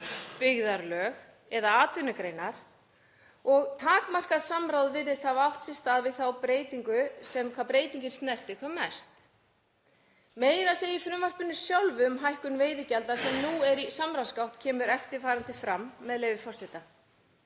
byggðarlög eða atvinnugreinar og takmarkað samráð virðist hafa átt sér stað við þá sem breytingin snertir hvað mest. Meira að segja í frumvarpinu sjálfu um hækkun veiðigjalda, sem nú er í samráðsgátt, kemur eftirfarandi fram, með leyfi forseta,